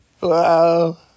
Wow